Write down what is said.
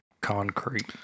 concrete